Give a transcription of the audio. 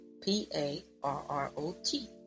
P-A-R-R-O-T